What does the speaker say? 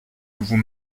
vous